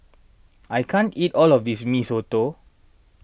I can't eat all of this Mee Soto